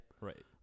Right